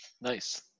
Nice